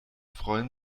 freuen